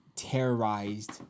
terrorized